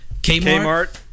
Kmart